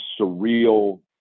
surreal